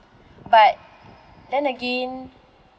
but then again